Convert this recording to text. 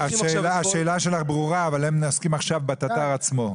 השאלה שלך ברורה אבל הם עוסקים עכשיו בתט"ר עצמו.